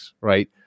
right